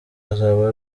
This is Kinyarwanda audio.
azaba